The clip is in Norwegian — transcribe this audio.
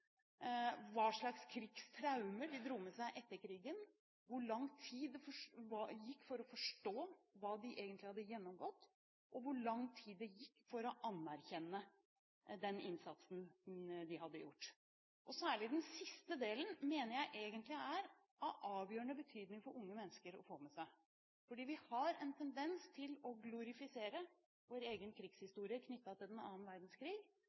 hva slags krigstraumer de dro med seg etter krigen, hvor lang tid det gikk for å forstå hva de egentlig hadde gjennomgått, og hvor lang tid det gikk for å anerkjenne den innsatsen de hadde gjort. Særlig den siste delen mener jeg egentlig er av avgjørende betydning for unge mennesker å få med seg, fordi vi har en tendens til å glorifisere vår egen krigshistorie knyttet til annen verdenskrig.